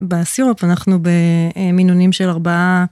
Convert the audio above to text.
בסירופ אנחנו במינונים של ארבעה.